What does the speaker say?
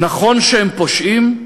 נכון שהם פושעים?